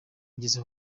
ngeze